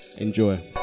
Enjoy